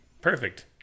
Perfect